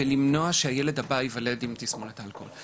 ולמנוע את זה שהילד הבא ייוולד עם תסמונת אלכוהול.